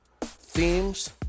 themes